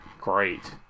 great